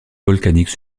volcanique